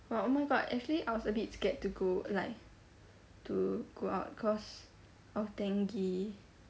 but oh my god actually I was a bit scared to go like to go out cause of dengue